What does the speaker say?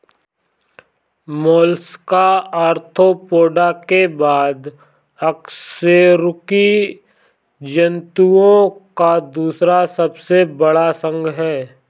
Mollusca arthropoda के बाद अकशेरुकी जंतुओं का दूसरा सबसे बड़ा संघ है